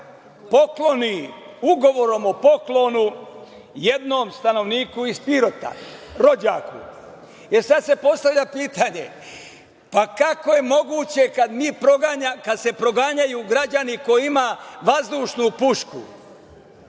poklonio ugovorom o poklonu jednom stanovniku iz Pirota, rođaku. Sada se postavlja pitanje - kako je moguće kada se proganjaju građani koji imaju vazdušnu pušku?